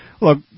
look